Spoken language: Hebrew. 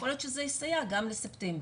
יכול להיות שזה יסייע גם לספטמבר.